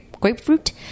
Grapefruit